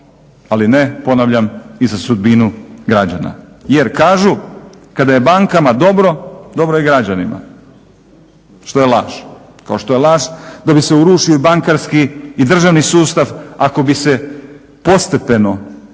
ali ne, ponavlja, i za sudbinu građana. Jer kažu kada je bankama dobro, dobro je i građanima, što je laž, kao što je laž da bi se uruši bankarski i državni sustav ako bi se postepeno ukinula